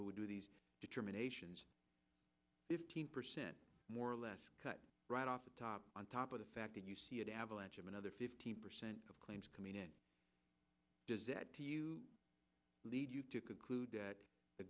would do these determinations fifteen percent more or less cut right off the top on top of the fact that you see it avalanche of another fifteen percent of claims community does that lead you to conclude that the